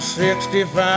65